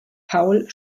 paul